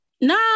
no